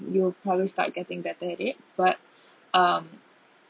you will probably start getting better at it but um